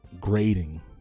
grading